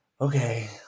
okay